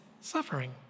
suffering